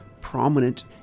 Prominent